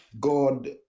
god